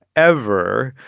ever,